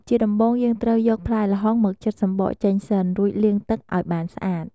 ជាដំបូង យើងត្រូវយកផ្លែល្ហុងមកចិតសំបកចេញសិន រួចលាងទឹកឱ្យបានស្អាត។